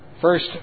First